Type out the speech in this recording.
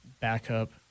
Backup